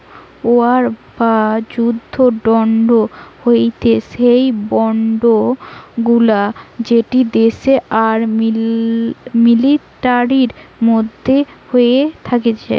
war বা যুদ্ধ bond হতিছে সেই বন্ড গুলা যেটি দেশ আর মিলিটারির মধ্যে হয়ে থাকতিছে